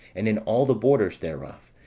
and in all the borders thereof,